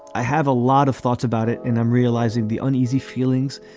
i have a lot of thoughts about it. and i'm realizing the uneasy feelings.